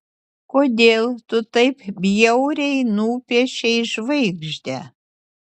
kodėl tu taip bjauriai nupiešei žvaigždę